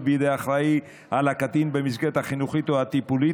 בידי האחראי לקטין במסגרת החינוכית או הטיפולית,